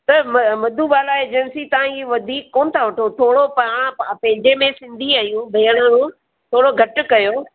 त व मधुबाला एजंसी तां ही वधीक कोन्ह था वठो थोरो पां पंहिंजे में सिंधी आहियूं भेण ऐं थोरो घटि कयो